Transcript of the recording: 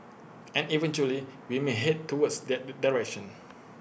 and eventually we may Head towards that direction